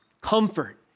comfort